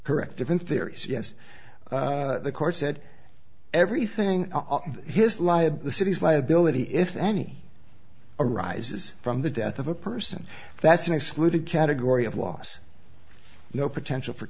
correct different theories yes the court said everything his life had the city's liability if any arises from the death of a person that's an excluded category of loss no potential for